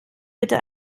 bitte